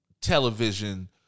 television